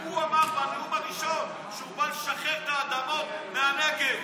הוא אמר בנאום הראשון שהוא בא לשחרר את האדמות בנגב.